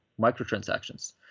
microtransactions